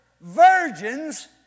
Virgins